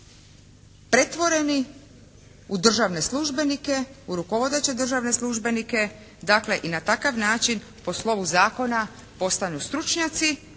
pretvoreni u državne službenike, u rukovodeće državne službenike dakle i na takav način po slovu zakona postanu stručnjaci